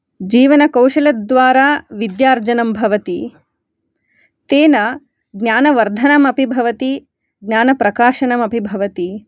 जीवनकैशलद्वारा विद्यार्जनं भवति तेन ज्ञानवर्धनमपि भवति ज्ञानप्रकाशनमपि भवति